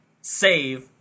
save